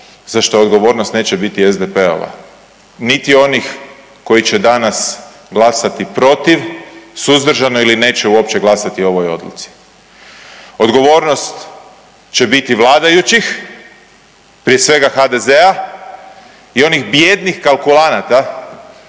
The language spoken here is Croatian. za što odgovornost neće biti SDP-ova, niti onih koji će danas glasati protiv, suzdržano ili neće uopće glasati o ovoj odluci. Odgovornost će biti vladajućih prije svega HDZ-a i onih bijednih kalkulanata